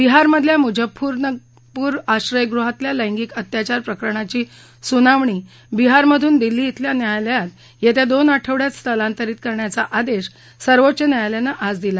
बिहारमधल्या मुजफ्फरपूर आश्रयगृहातल्या लैगिंक अत्याचारप्रकरणाची सुनावणी बिहारमधून दिल्ली खेल्या न्यायालयात येत्या दोन आठवडयात स्थलांतरित करण्याचा आदेश सर्वोच्च न्यायालयानं आज दिला